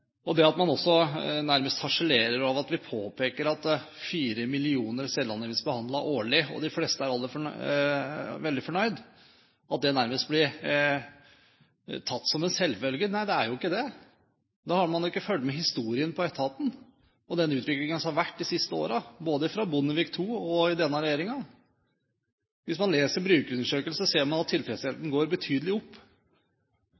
I tillegg harselerer man nærmest over at vi påpeker at fire millioner selvangivelser behandles årlig, og at de fleste er veldig fornøyd, og at dette nærmest blir tatt som en selvfølge. Nei, det er ikke det. Da har man ikke fulgt med i historien til etaten og den utviklingen som har vært de siste årene, både under Bondevik II og denne regjeringen. Hvis man leser brukerundersøkelsen, ser man at